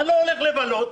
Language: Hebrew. אני לא הולך לבלות.